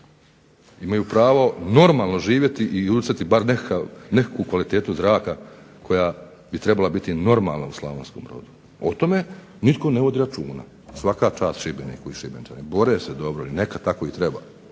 imaju pravo normalno živjeti i udisati bar nekakvu kvalitetu zraka koja bi trebala biti normalna u Slavonskom Brodu. O tome nitko ne vodi računa. Svaka čast Šibeniku i Šibenčanima, bore se dobro i neka, tako i treba,